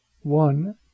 one